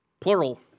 plural